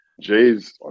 Jay's